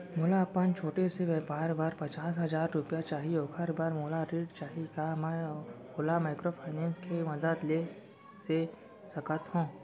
मोला अपन छोटे से व्यापार बर पचास हजार रुपिया चाही ओखर बर मोला ऋण चाही का मैं ओला माइक्रोफाइनेंस के मदद से ले सकत हो?